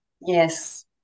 Yes